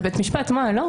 בבית משפט לא.